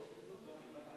הם הסריטו סרטים.